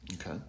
okay